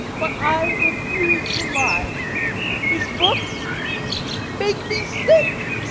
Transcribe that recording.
but i refuse to lie his books make me sick.